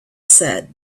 said